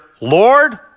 Lord